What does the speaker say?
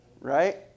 Right